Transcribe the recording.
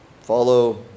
Follow